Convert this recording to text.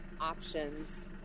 options